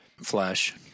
flash